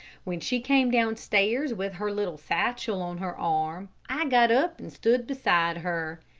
when she came down stairs with her little satchel on her arm, i got up and stood beside her.